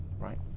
right